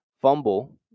fumble